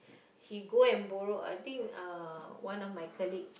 he go and borrow I think uh one of my colleague